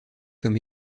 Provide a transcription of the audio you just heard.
comme